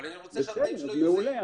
אבל אני רוצה שהתנאים שלו יהיו זהים.